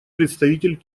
представитель